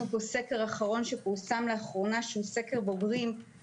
סקר בוגרים אחרון שפורסם לאחרונה אודות